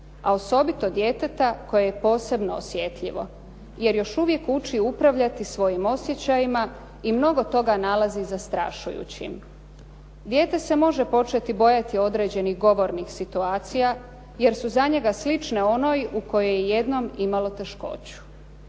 a osobito djeteta koje je posebno osjetljivo, jer još uvijek uči upravljati svojim osjećajima i mnogo toga nalazi zastrašujućim. Dijete se može početi bojati određenih govornih situacija jer su za njega slične onoj u kojoj je jednom imalo teškoću.